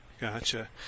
Gotcha